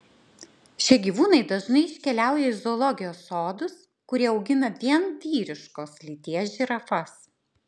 šie gyvūnai dažnai iškeliauja į zoologijos sodus kurie augina vien vyriškos lyties žirafas